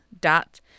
Dot